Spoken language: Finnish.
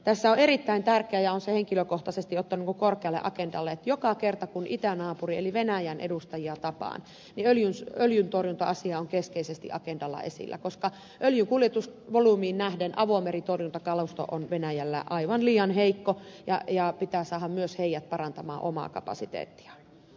tässä on erittäin tärkeää ja olen sen henkilökohtaisesti ottanut korkealle agendalle että joka kerta kun itänaapurin eli venäjän edustajia tapaan öljyntorjunta asia on keskeisesti agendalla esillä koska öljynkuljetusvolyymiin nähden avomeritorjuntakalusto on venäjällä aivan liian heikko ja pitää saada myös heidät parantamaan omaa kapasiteettiaan